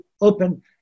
open